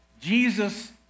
Jesus